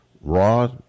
Raw